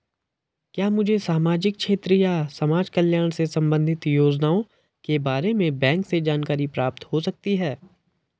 क्या मुझे सामाजिक क्षेत्र या समाजकल्याण से संबंधित योजनाओं के बारे में बैंक से जानकारी प्राप्त हो सकती है?